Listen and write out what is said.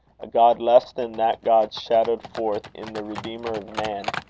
a god less than that god shadowed forth in the redeemer of men,